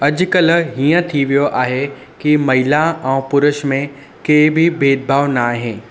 अॼुकल्ह हीअं थी वियो आहे की महिला ऐं पुरुष में कोई बि भेदभाव न आहे